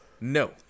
No